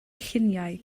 lluniau